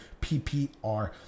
PPR